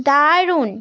দারুণ